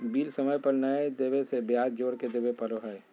bill समय पर नयय देबे से ब्याज जोर के देबे पड़ो हइ